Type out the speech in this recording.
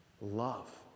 Love